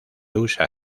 usa